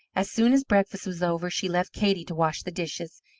as soon as breakfast was over, she left katey to wash the dishes,